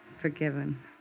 Forgiven